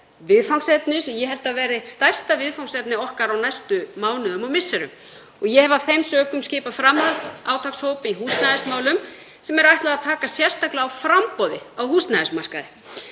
sem ég held að verði eitt okkar stærsta viðfangsefni á næstu mánuðum og misserum. Ég hef af þeim sökum skipað framhaldsátakshóp í húsnæðismálum sem er ætlað að taka sérstaklega á framboði á húsnæðismarkaði.